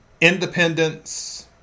Independence